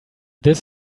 this